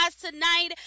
tonight